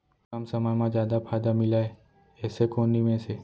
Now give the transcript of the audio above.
कम समय मा जादा फायदा मिलए ऐसे कोन निवेश हे?